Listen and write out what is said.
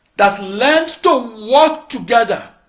that learned to work together,